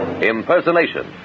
impersonation